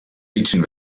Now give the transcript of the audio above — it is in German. fiction